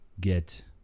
get